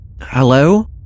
Hello